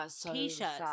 T-shirts